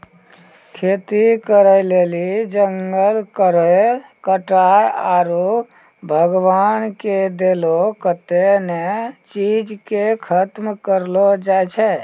खेती करै लेली जंगल केरो कटाय आरू भगवान के देलो कत्तै ने चीज के खतम करलो जाय छै